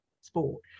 sport